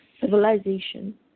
civilization